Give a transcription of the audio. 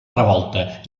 revolta